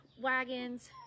wagons